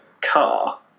car